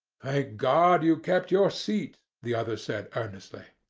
thank god you kept your seat, the other said earnestly.